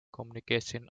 communication